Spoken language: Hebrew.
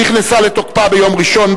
שנכנסה לתוקפה ביום ראשון,